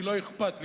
לא אכפת לי.